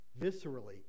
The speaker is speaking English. viscerally